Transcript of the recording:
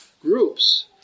groups